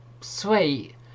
sweet